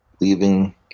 leaving